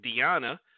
diana